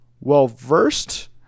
well-versed